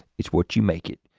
it's what you make it.